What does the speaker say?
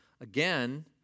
again